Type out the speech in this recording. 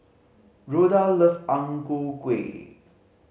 Rhoda love Ang Ku Kueh